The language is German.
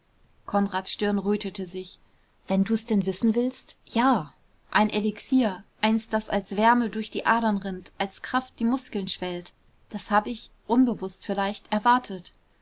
konrads stirn rötete sich wenn du's denn wissen willst ja ein elixier eins das als wärme durch die adern rinnt als kraft die muskeln schwellt das hab ich unbewußt vielleicht erwartet